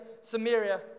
Samaria